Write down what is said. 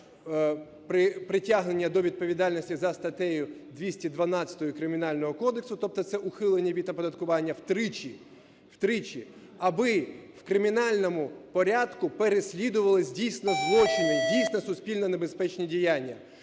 притягнення до відповідальності за статтею 212 Кримінального кодексу, тобто це ухилення від оподаткування втричі, втричі. Аби в кримінальному порядку переслідувались дійсно злочини, дійсно суспільно-небезпечні діяння.